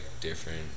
different